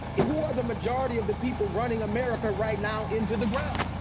who are the majority of the people running america right now into the ground?